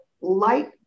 light